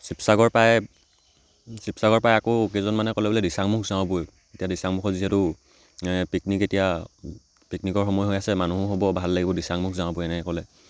শিৱসাগৰ পাই শিৱসাগৰ পাই আকৌ কেইজনমানে ক'লে বোলে দিছাংমুখ যাওঁ ব'ল এতিয়া দিছাংমুখত যিহেতু পিকনিক এতিয়া পিকনিকৰ সময় হৈ আছে মানুহো হ'ব ভাল লাগিব দিছাংমুখ যাওঁ ব'ল এনেকৈ ক'লে